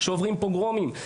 שעוברים פוגרומים,